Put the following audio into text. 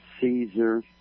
Caesar